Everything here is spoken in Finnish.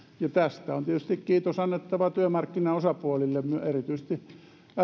tästä on tietysti kiitos annettava työmarkkinaosapuolille erityisesti